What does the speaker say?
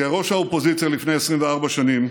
כראש האופוזיציה לפני 24 שנים